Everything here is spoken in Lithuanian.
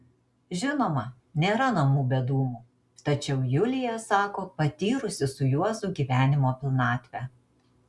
žinoma nėra namų be dūmų tačiau julija sako patyrusi su juozu gyvenimo pilnatvę